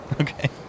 okay